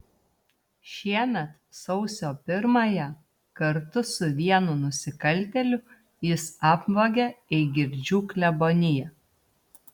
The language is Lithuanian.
šiemet sausio pirmąją kartu su vienu nusikaltėliu jis apvogė eigirdžių kleboniją